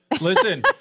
Listen